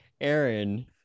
Aaron